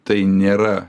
tai nėra